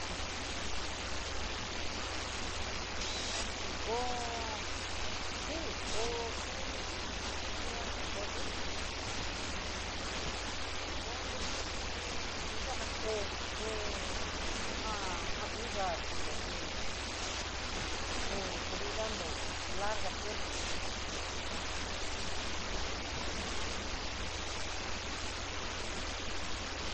Hú un koo sí koo kundo ní, kuando kondo ní kondo chí nikadanrua já kondo té uya'a xhinró té ko ko vidandó larga tiempo ku vidando kondo ni ajam ni.